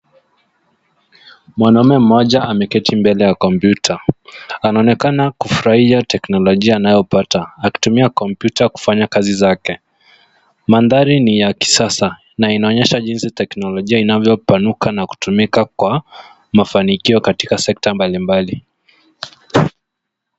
Mwanaume mmoja ameketi mbele ya kompyuta. Anaonekana kufurahia teknolojia anayopata akitumia kompyuta kufanya kazi zake. Mandhari ni ya kisasa na inaonyesha jinsi teknolojia inavyopanuka na kutumika kwa mafanikio katika sekta mbalimbali